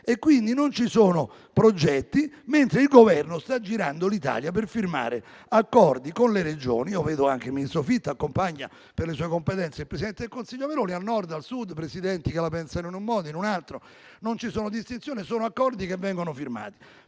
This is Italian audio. però, non ci sono progetti, mentre il Governo sta girando l'Italia per firmare accordi con le Regioni. Il ministro Fitto accompagna, per le sue competenze, il presidente del Consiglio Meloni dal Nord al sud, da Presidenti di Regioni che la pensano in un modo o in un altro. Non ci sono distinzioni, ma accordi che vengono firmati.